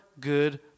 good